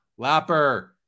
Lapper